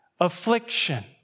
affliction